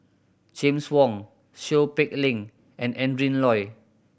James Wong Seow Peck Leng and Adrin Loi